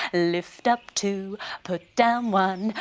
lift up two put down one,